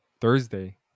Thursday